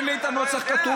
משום שאין לי את הנוסח כתוב.